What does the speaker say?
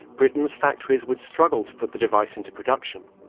britain's factories would struggle to put the device into production.